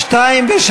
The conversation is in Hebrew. הסתייגות